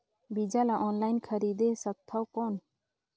बीजा ला ऑनलाइन खरीदे सकथव कौन?